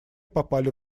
попали